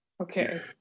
Okay